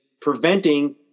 preventing